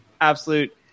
Absolute